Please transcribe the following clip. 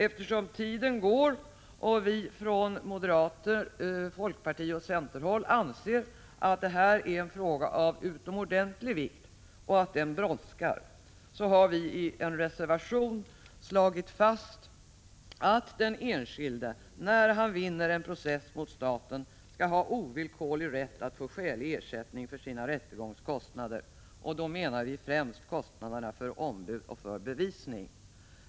Eftersom tiden går och vi från moderat-, folkpartioch centerhåll anser att det här är en fråga av utomordentlig vikt och att den brådskar, har vi i en reservation slagit fast att den enskilde när han vinner en process mot staten skall ha rätt att få skälig ersättning för sina rättegångskostnader. Då menar vi främst kostnaderna för ombud och för bevisning.